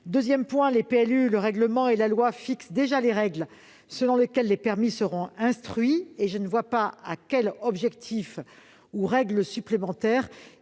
outre, les PLU, le règlement et la loi fixent déjà les règles selon lesquelles les permis seront instruits. Je ne vois pas à quel objectif supplémentaire